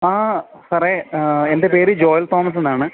ആ സാറേ എൻ്റെ പേര് ജോയൽ തോമസ് എന്നാണ്